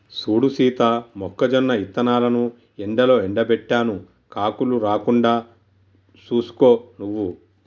సూడు సీత మొక్కజొన్న ఇత్తనాలను ఎండలో ఎండబెట్టాను కాకులు రాకుండా సూసుకో నువ్వు